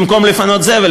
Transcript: במקום לפנות זבל,